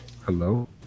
Hello